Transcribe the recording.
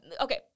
okay